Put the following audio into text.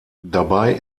dabei